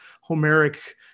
Homeric